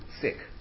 sick